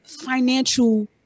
Financial